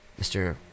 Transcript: Mr